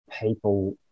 people